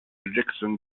jackson